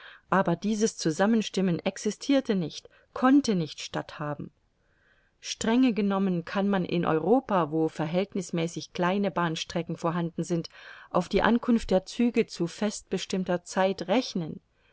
aber dieses zusammenstimmen existirte nicht konnte nicht statthaben strenge genommen kann man in europa wo verhältnißmäßig kleine bahnstrecken vorhanden sind auf die ankunft der züge zu fest bestimmter zeit rechnen